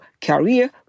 career